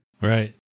Right